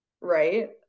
right